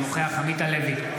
אינו נוכח עמית הלוי,